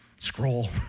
scroll